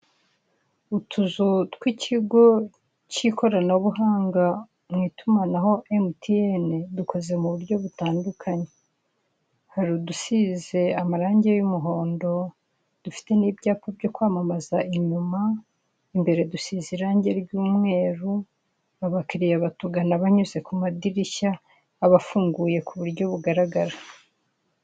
Utuzu tw'ikigo k'ikoranabuhanga mu itumanaho Mtn dukoze mu buryo butandukanye. Hari udusize amarange y'umuhondo dufite n'ibyapa byo kwamamaza inyuma, imbere dusize irange ry'umweru, abakiriya batugana banyuze ku madirishya aba afunguye ku buryo bugaragara.